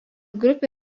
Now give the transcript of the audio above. grupė